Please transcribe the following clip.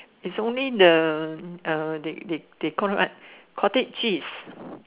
is only the uh they they they call what cottage cheese